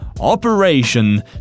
operation